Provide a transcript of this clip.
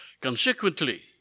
Consequently